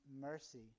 mercy